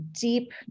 deep